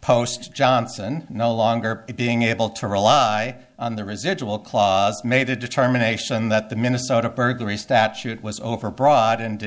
poster johnson no longer being able to rely on the residual clause made a determination that the minnesota burglary statute was over broad and